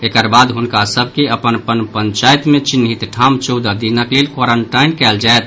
एकर बाद हनुका सभ के अपन अपन पंचायत मे चिन्हित ठाम चौदह दिनक लेल क्वारंटाईन कयल जायत